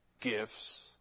Gifts